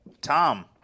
Tom